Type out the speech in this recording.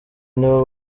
nibo